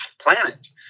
planet